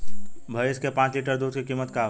भईस के पांच लीटर दुध के कीमत का बा?